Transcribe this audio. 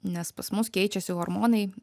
nes pas mus keičiasi hormonai